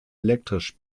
elektrisch